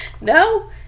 no